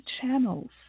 channels